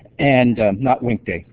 and not winkta.